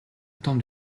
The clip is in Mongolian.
том